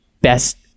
best